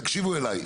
תקשיבו אלי.